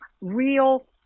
real